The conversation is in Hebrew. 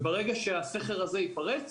ברגע שהסכר הזה ייפרץ,